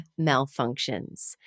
malfunctions